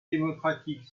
démocratique